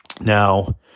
Now